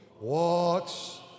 walks